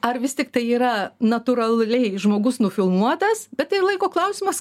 ar vis tiktai yra natūraliai žmogus nufilmuotas bet tai laiko klausimas